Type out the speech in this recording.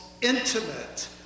intimate